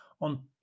on